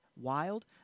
wild